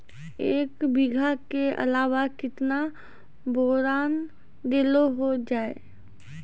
एक बीघा के अलावा केतना बोरान देलो हो जाए?